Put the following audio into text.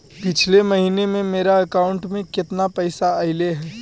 पिछले महिना में मेरा अकाउंट में केतना पैसा अइलेय हे?